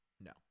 No